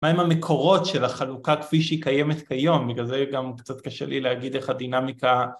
‫מהם המקורות של החלוקה ‫כפי שהיא קיימת כיום? ‫בגלל זה גם קצת קשה לי ‫להגיד איך הדינמיקה...